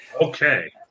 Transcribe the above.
Okay